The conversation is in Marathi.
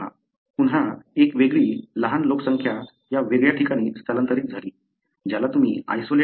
पुन्हा एक वेगळी लहान लोकसंख्या या वेगळ्या ठिकाणी स्थलांतरित झाली ज्याला तुम्ही आयसोलेट 2 म्हणता